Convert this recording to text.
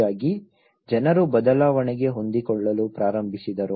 ಹೀಗಾಗಿ ಜನರು ಬದಲಾವಣೆಗೆ ಹೊಂದಿಕೊಳ್ಳಲು ಪ್ರಾರಂಭಿಸಿದರು